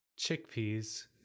chickpeas